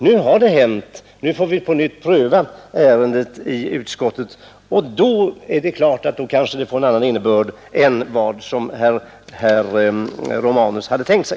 Nu har det hänt; nu får vi på nytt pröva ärendet i utskottet, och då är det klart att det kan få en annan utgång än vad herr Romanus hade tänkt sig.